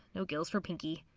no gills for pinky.